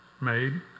made